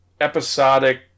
episodic